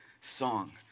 song